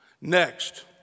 Next